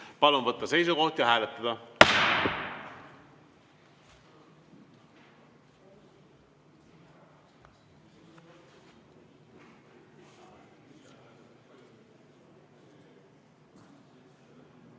Palun võtta seisukoht ja hääletada!